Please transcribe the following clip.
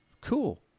cool